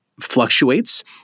fluctuates